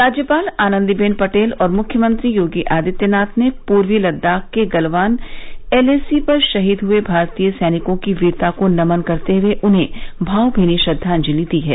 राज्यपाल आनन्दीबेन पटेल और मुख्यमंत्री योगी आदित्यनाथ ने पूर्वी लद्दाख के गलवान एलएसी पर शहीद हुए भारतीय सैनिकों की वीरता को नमन करते हुए उन्हें भावभीनी श्रद्वांजलि दी है